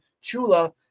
chula